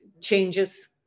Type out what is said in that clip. changes